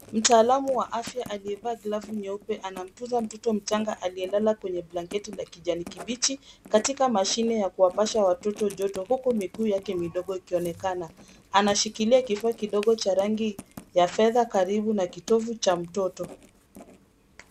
Mtaalamu wa afya aliyevaa glavu nyeupe anamtunza mtoto mchanga aliye lala kwenye blaketi la kijani kibichi katika mashine ya kuwapasha watoto joto ,hiku miguu midogo ikionekana. Anashikilia kifaa kidogo cha rangi ya fedha karibu na kitovu cha mtoto.